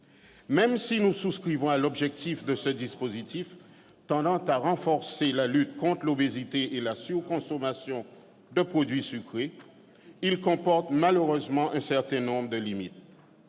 Même si nous souscrivons à l'objectif de ce dispositif tendant à renforcer la lutte contre l'obésité et la surconsommation de produits sucrés, nous considérons qu'il comporte malheureusement un certain nombre de limites